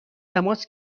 تماس